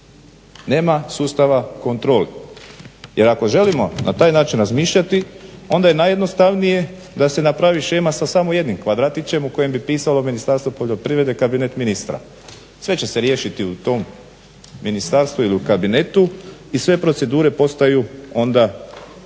Nema sustava kontrole. Jer ako želimo na taj način razmišljati onda je najjednostavnije da se napravi shema sa samo jednim kvadratićem u kojem bi pisalo ministarstvo poljoprivrede kabinet ministra. Sve će se riješiti u tom ministarstvu ili u kabinetu i sve procedure postaju onda nepotrebne